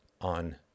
on